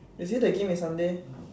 they say the game is Sunday